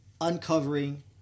uncovering